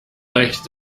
recht